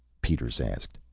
peters asked.